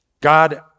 God